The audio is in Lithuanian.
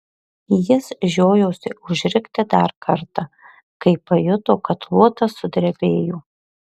jis žiojosi užrikti dar kartą kai pajuto kad luotas sudrebėjo